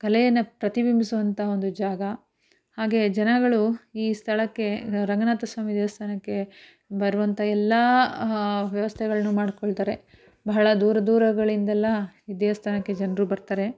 ಕಲೆಯನ್ನು ಪ್ರತಿಬಿಂಬಿಸುವಂಥ ಒಂದು ಜಾಗ ಹಾಗೆ ಜನಗಳು ಈ ಸ್ಥಳಕ್ಕೆ ರಂಗನಾಥ ಸ್ವಾಮಿ ದೇವಸ್ಥಾನಕ್ಕೆ ಬರುವಂಥ ಎಲ್ಲ ವ್ಯವಸ್ಥೆಗಳ್ನೂ ಮಾಡ್ಕೊಳ್ತಾರೆ ಬಹಳ ದೂರ ದೂರಗಳಿಂದೆಲ್ಲ ಈ ದೇವಸ್ಥಾನಕ್ಕೆ ಜನರು ಬರ್ತಾರೆ